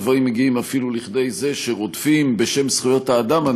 הדברים מגיעים אפילו לכדי זה שרודפים בשם זכויות האדם.